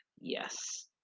Yes